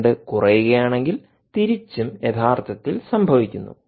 current കുറയുകയാണെങ്കിൽ തിരിച്ചും യഥാർത്ഥത്തിൽ സംഭവിക്കുന്നു